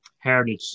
heritage